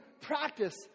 practice